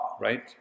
right